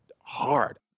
hard